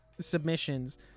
submissions